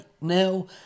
now